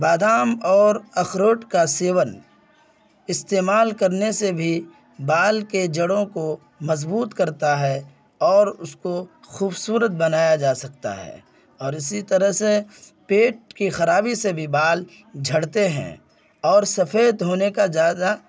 بادام اور اخروٹ کا سیون استعمال کرنے سے بھی بال کے جڑوں کو مضبوط کرتا ہے اور اس کو خوبصورت بنایا جا سکتا ہے اور اسی طرح سے پیٹ کی خرابی سے بھی بال جھڑتے ہیں اور سفید ہونے کا زیادہ